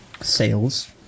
sales